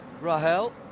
Rahel